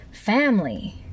family